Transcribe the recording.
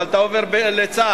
אבל אתה עובר לצה"ל,